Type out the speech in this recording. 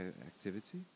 activity